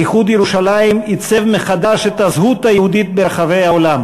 איחוד ירושלים עיצב מחדש את הזהות היהודית ברחבי העולם